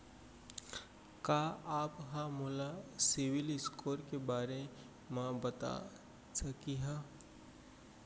का आप हा मोला सिविल स्कोर के बारे मा बता सकिहा?